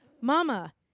Mama